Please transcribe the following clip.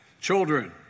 children